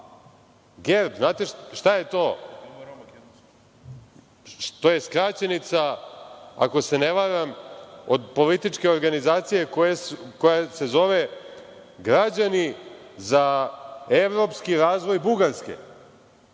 GERB. Znate šta je to? To je skraćenica, ako se ne varam, od političke organizacije koja se zove Građani za evropski razvoj Bugarske,